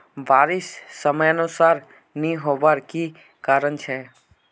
बारिश समयानुसार नी होबार की कारण छे?